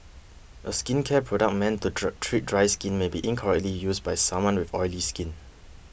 a skincare product meant to true treat dry skin may be incorrectly used by someone with oily skin